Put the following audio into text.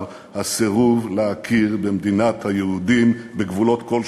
הסירוב להכיר במדינת היהודים בגבולות כלשהם.